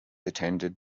attended